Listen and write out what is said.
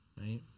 right